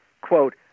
quote